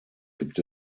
gibt